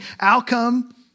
outcome